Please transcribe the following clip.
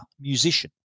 musician